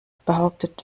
behauptet